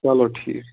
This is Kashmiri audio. چَلو ٹھیٖک چھُ